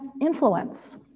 influence